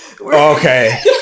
Okay